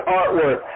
artwork